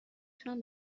تونم